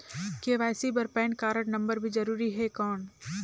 KYC बर PAN card number भी जरूरी हे कौन?